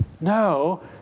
No